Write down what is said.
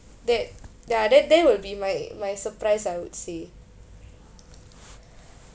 that ya that that'll be my my surprise I would say